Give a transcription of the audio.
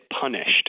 punished